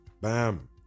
Bam